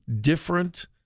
different